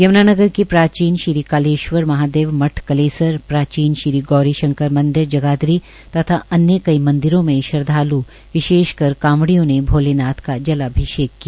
यम्नानगर के प्राचीन श्री कालेश्वर महादेव मठ कलेसर प्राचीन श्री गौरी शंकर मंदिर जगाधरी तथ अन्य कई मंदिरों में श्रद्वाल् विशेषकर कांवडियो ने भोलेनाथ का जलाभिषेक किया